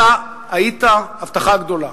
אתה היית הבטחה גדולה,